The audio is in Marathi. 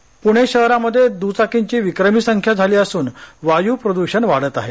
फडणवीस पुणे शहरामध्ये दुचाकींची विक्रमी संख्या झाली असून वायु प्रदूषण वाढत आहे